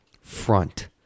Front